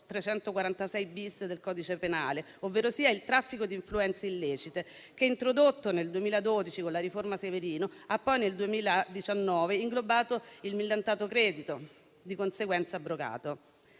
346-*bis* del codice penale, ovverosia il traffico di influenze illecite che, introdotto nel 2012 con la riforma Severino, ha poi nel 2019 inglobato il millantato credito, di conseguenza abrogato.